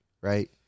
right